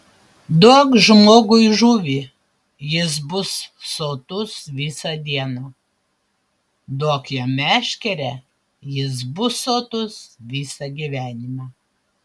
duok žmogui žuvį jis bus sotus visą dieną duok jam meškerę jis bus sotus visą gyvenimą